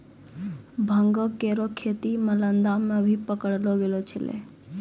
भांगो केरो खेती मालदा म भी पकड़लो गेलो छेलय